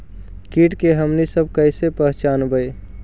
किट के हमनी सब कईसे पहचनबई?